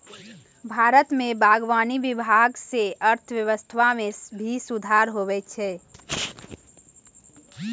भारत मे बागवानी विभाग से अर्थव्यबस्था मे भी सुधार होलो छै